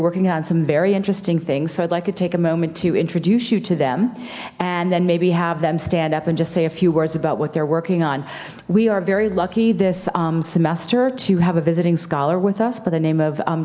working on some very interesting things so i'd like to take a moment to introduce you to them and then maybe have them stand up and just say a few words about what they're working on we are very lucky this semester to have a visiting scholar with us by the name of